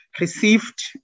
received